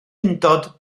undod